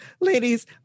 Ladies